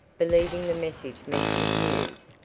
believing the message meant good news,